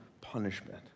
punishment